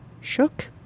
shook